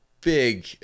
big